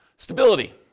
Stability